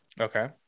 Okay